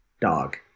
Dog